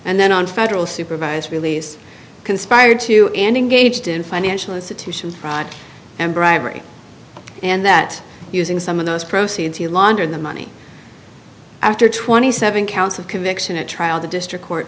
and then on federal supervised release conspired to ending gauged in financial institutions and bribery and that using some of those proceeds to launder the money after twenty seven counts of conviction at trial the district court